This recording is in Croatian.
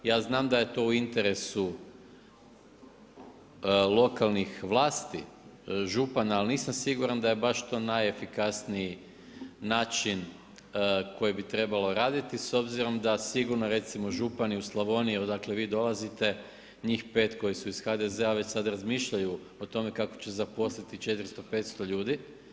Ja znam da je to u interesu lokalnih vlasti, župana, ali nisam siguran da je baš to najefikasniji način koje bi trebalo raditi s obzirom da sigurno recimo župani u Slavoniji odakle vi dolazite njih 5 koji su iz HDZ-a već sada razmišljaju o tome kako će zaposliti 400, 500 ljudi.